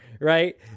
right